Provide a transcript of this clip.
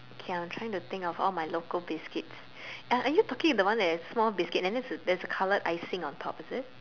okay I'm trying to think of all my local biscuits are are you talking about the one that is small biscuit then there's there's a coloured icing on top is it